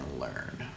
learn